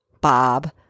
Bob